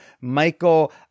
Michael